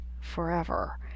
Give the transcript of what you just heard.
forever